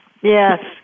Yes